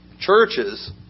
churches